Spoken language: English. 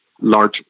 large